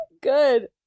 Good